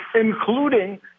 including